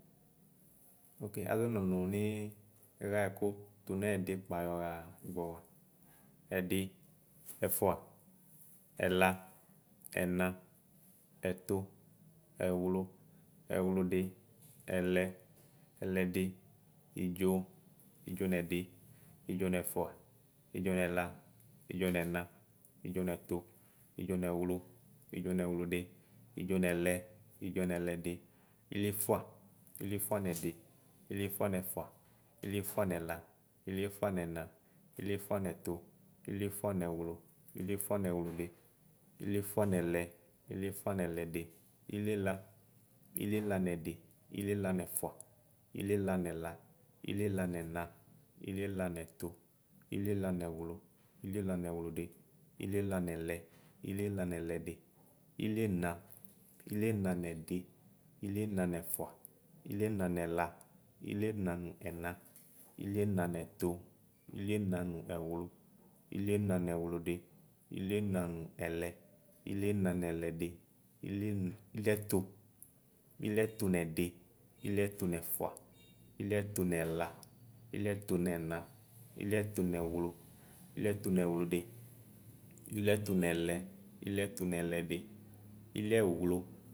Oke azɔnɔ nɔ nʋ nixɛkʋ tʋnʋ ɛdi kpa yɔxa gbɔwa ɛdi ɛƒʋa ɛla ɛna ɛtʋ ɛwlʋ ɛlʋ ɛwlʋdi ɛlɛ ɛlɛdi idzo idzo nɛde idzo nɛƒʋa ɛdzo nɛla idzo nɛna idzo nɛtʋ idzo nɛwlʋ idzo nɛwlʋdi idzo nɛlɛ idzo nɛlɛde ilieƒʋa ilieƒʋa nɛdi ilieƒʋa nɛƒʋa ilieƒʋa nɛla ilieƒʋa nɛnɛ ilieƒʋa nɛtʋ ilieƒʋa nɛwlʋ iliefʋa nɛlʋlʋdi ilieƒʋa nɛlɛ ilieƒʋa nɛlɛdi iliela iliela nude cliela nɛƒʋa iliela nɛla iliela nɛmɛ iliela nɛtʋ iliela nɛwlʋ iliela nɛwlʋdi iliela nɛlɛ iliela nɛlɛdi iliena nɛdi iliena nɛƒʋa iliena nɛla iliena nɛna iliena nɛtʋ iliena nɛwlʋ iliena nɛwlʋdi iliena nɛlɛ iliena nɛlɛdi iliɛtʋ iliɛtʋ nɛdi iliɛtʋ nʋ ɛƒʋa iliɛtʋ nɛla iliɛtʋ nɛna iliɛtʋ nɛwlʋ iliɛtʋ nɛwlʋdi iliɛtʋ nɛlɛ iliɛtʋ nɛlɛdi iliɛelʋ.